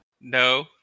No